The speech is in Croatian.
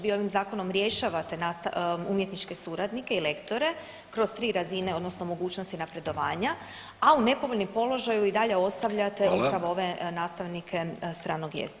Vi ovim zakonom rješavate umjetničke suradnike i lektore kroz tri razine odnosno mogućnosti napredovanja, a u nepovoljnom položaju i dalje ostavljate upravo ove nastavnike stranog jezika.